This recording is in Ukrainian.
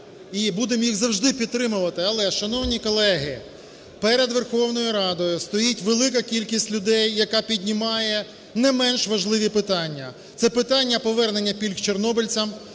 і будемо їх завжди підтримувати. Але, шановні колеги, перед Верховною Радою стоїть велика кількість людей, яка піднімає не менш важливі питання: це питання повернення пільг чорнобильцям,